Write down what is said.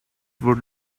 would